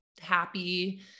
happy